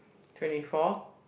twenty four